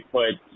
put